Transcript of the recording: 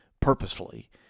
purposefully